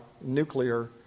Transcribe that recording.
nuclear